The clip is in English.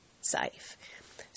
safe